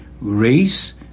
race